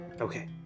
Okay